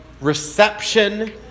reception